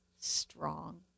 strong